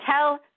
tell